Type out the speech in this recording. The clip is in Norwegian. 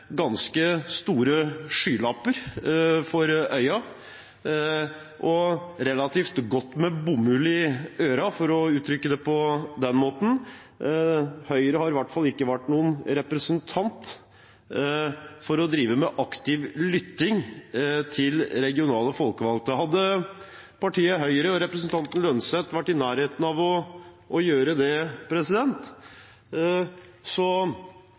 ganske store skylapper for øynene og relativt godt med bomull i ørene – for å uttrykke det på den måten. Høyre har i hvert fall ikke vært noen representant for å drive med aktiv lytting til regionale folkevalgte. Hadde partiet Høyre og representanten Holm Lønseth vært i nærheten av å gjøre det,